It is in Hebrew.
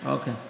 אוקיי.